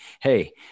Hey